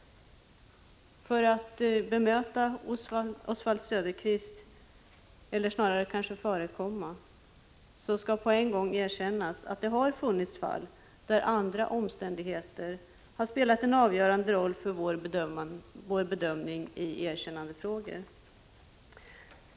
För att bemöta, eller kanske snarare förekomma, Oswald Söderqvist skall på en gång erkännas att det har funnits fall där andra omständigheter spelat en avgörande roll för vår bedömning i erkännandefrågor.